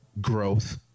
growth